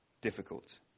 difficult